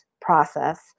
process